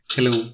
Hello